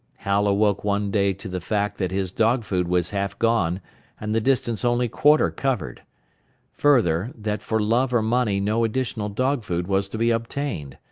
hal awoke one day to the fact that his dog-food was half gone and the distance only quarter covered further, that for love or money no additional dog-food was to be obtained.